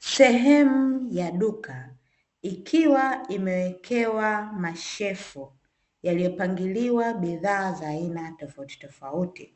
Sehemu ya duka ikiwa imewekewa mashelfu yaliyopangiliwa bidhaa za aina tofauti tofauti,